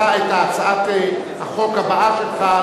את הצעת החוק הבאה שלך,